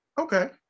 okay